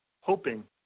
hoping